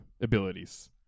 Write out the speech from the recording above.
abilities